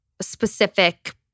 specific